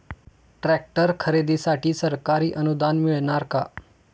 Tractor खरेदीसाठी सरकारी अनुदान मिळणार का?